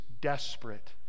desperate